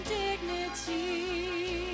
dignity